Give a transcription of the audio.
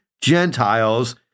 Gentiles